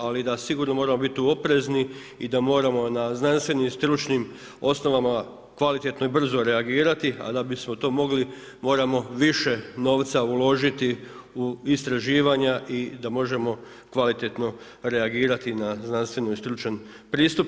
Ali da sigurno moramo bit tu oprezni i da moramo na znanstvenim, stručnim osnovama kvalitetno i brzo reagirati, a da bismo to mogli moramo više novca uložiti u istraživanja i da možemo kvalitetno reagirati na znanstven i stručan pristup.